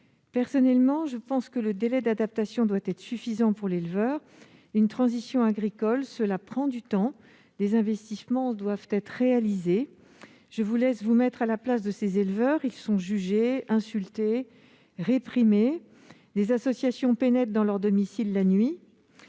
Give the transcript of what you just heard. Pour ma part, je pense que le délai d'adaptation doit être suffisant. Une transition agricole prend du temps, des investissements doivent être réalisés. Je vous laisse vous mettre à la place des éleveurs : ils sont jugés, insultés, brimés et des associations pénètrent dans leur domicile la nuit.